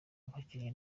ababyinnyi